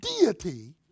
deity